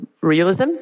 realism